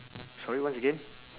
sorry what's again